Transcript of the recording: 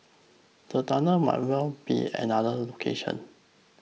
the tunnels might well be at another location